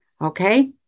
Okay